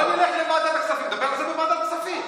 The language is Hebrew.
או נלך לוועדת הכספים, נדבר על זה בוועדת כספים.